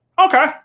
okay